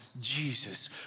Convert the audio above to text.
Jesus